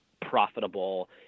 profitable